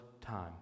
time